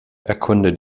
erkunde